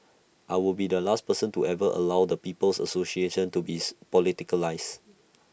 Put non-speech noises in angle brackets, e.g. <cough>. I will be the last person to ever allow the people's association to be <unintelligible> politicised